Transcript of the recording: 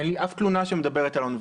אין לי אף תלונה שמדברת על האוניברסיטאות.